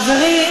חברי,